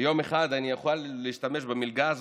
שיום אחד יוכל להשתמש במלגה הזאת.